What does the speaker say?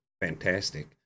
fantastic